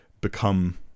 become